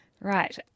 Right